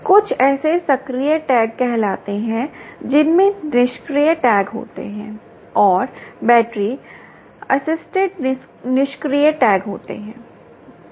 कुछ ऐसे सक्रिय टैग कहलाते हैं जिनमें निष्क्रिय टैग होते हैं और बैटरी असिस्टेड निष्क्रिय टैग होते हैं